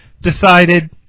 decided